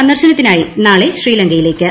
സന്ദർശനത്തിനായി നാളെ ശ്രീലങ്കയിലേക്ക്